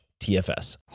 TFS